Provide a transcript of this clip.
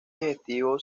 digestivo